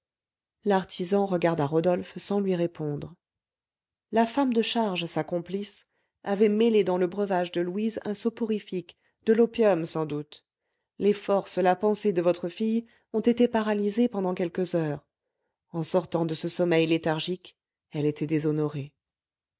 l'artisan regarda rodolphe sans lui répondre la femme de charge sa complice avait mêlé dans le breuvage de louise un soporifique de l'opium sans doute les forces la pensée de votre fille ont été paralysées pendant quelques heures en sortant de ce sommeil léthargique elle était déshonorée